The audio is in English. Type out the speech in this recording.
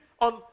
on